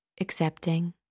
accepting